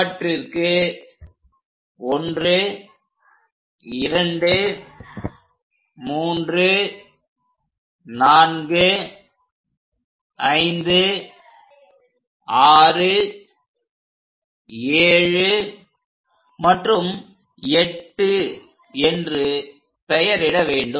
அவற்றிற்கு 1 2 3 4 5 6 7 மற்றும் 8 என்று பெயரிட வேண்டும்